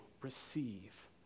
receive